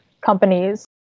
companies